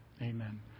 Amen